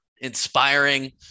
inspiring